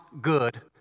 good